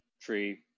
tree